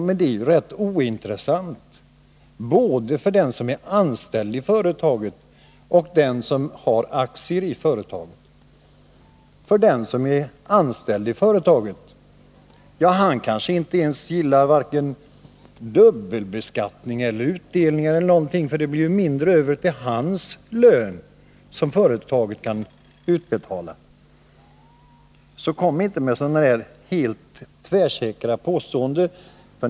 Det är rätt ointressant både för den som är anställd i företaget och för den som har aktier i företaget. Den som är anställd i företaget kanske varken gillar dubbelbeskattning eller utdelning. Då blir det ju mindre över som företaget kan betala ut till hans lön. Kom inte med sådana här tvärsäkra påståenden!